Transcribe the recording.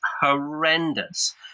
horrendous